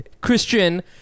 christian